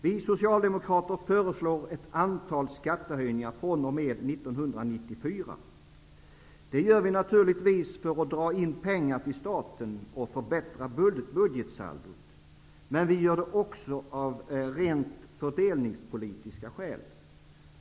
Vi socialdemokrater föreslår ett antal skattehöjningar fr.o.m. 1994. Det gör vi naturligtvis för att dra in pengar till staten och förbättra budgetsaldot, men vi gör det också av rent fördelningspolitiska skäl.